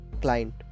client